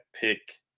pick